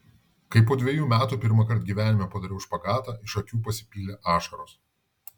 kai po dvejų metų pirmąkart gyvenime padariau špagatą iš akių pasipylė ašaros